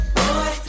boy